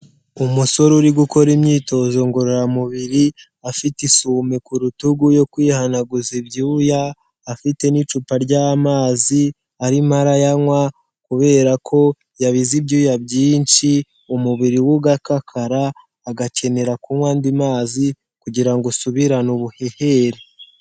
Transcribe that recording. Umusore uri gukora imyitozo ngororamubiri, afite isume ku rutugu yo kwihanaguza ibyuya, afite n'icupa ry'amazi, arimo arayanywa kubera ko yabize ibyuya byinshi, umubiri we ugakakara, agakenera kunywa andi mazi kugira ngo usubirane ubuhehere.